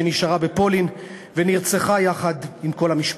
שנשארה בפולין ונרצחה יחד עם כל המשפחה.